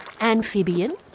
amphibian